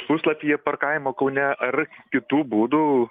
puslapyje parkavimo kaune ar kitų būdų